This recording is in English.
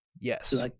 Yes